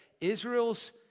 Israel's